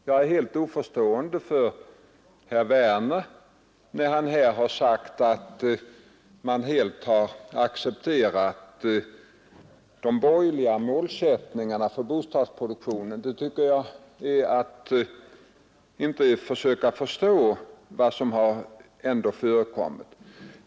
Jag är helt oförstående för herr Werner i Tyresö när han säger att man helt har accepterat de borgerliga målsättningarna för bostadsproduktionen. Det tycker jag är att inte försöka förstå vad som ändå förekommit.